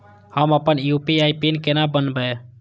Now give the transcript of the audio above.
हम अपन UPI pin केना बनैब?